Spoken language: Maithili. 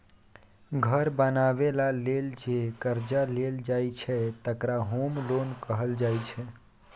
घर बनेबा लेल जे करजा लेल जाइ छै तकरा होम लोन कहल जाइ छै